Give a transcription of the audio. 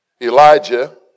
Elijah